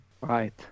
right